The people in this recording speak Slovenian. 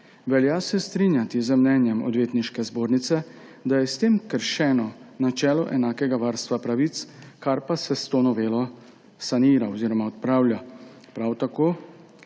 Velja se strinjati z mnenjem Odvetniške zbornice, da je s tem kršeno načelo enakega varstva pravic, kar pa se s to novelo sanira oziroma odpravlja. Prav tako